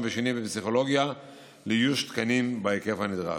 ושני בפסיכולוגיה לאיוש תקנים בהיקף הנדרש.